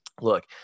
Look